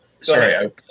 Sorry